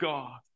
God